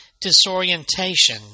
disorientation